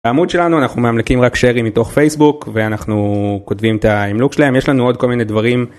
בעמוד שלנו אנחנו מאמלקים רק שיירים מתוך פייסבוק, ואנחנו כותבים את האימלוק שלהם יש לנו עוד כל מיני דברים.